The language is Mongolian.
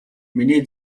миний